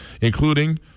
including